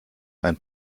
ein